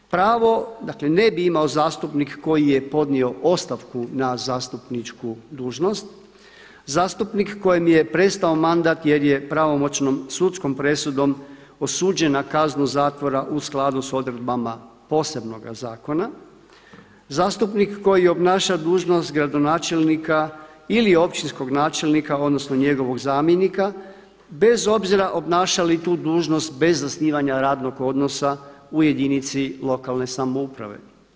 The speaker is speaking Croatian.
Pravo ne bi imao zastupnik koji je podnio ostavku na zastupničku dužnost, zastupnik kojem je prestao mandat jer je pravomoćnom sudskom presudom osuđen na kaznu zatvora u skladu s odredbama posebnoga zakona, zastupnik koji obnaša dužnost gradonačelnika ili općinskog načelnika odnosno njegovog zamjenika bez obzira obnaša li tu dužnost bez zasnivanja radnog odnosa u jedinici lokalne samouprave.